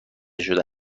شده